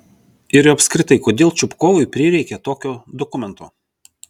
ir apskritai kodėl čupkovui prireikė tokio dokumento